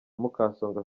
mukasonga